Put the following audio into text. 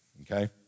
okay